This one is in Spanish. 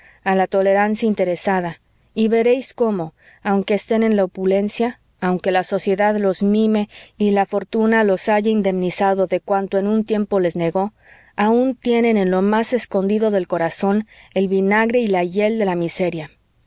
a la tolerancia interesada y veréis cómo aunque estén en la opulencia aunque la sociedad los mime y la fortuna los haya indemnizado de cuanto en un tiempo les negó aun tienen en lo más escondido del corazón el vinagre y la hiel de la miseria